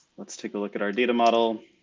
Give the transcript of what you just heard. let's take a look at our data model.